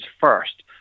first